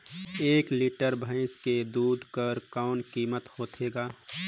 एक लीटर भैंसा के दूध कर कौन कीमत होथे ग?